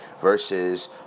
versus